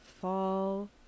fall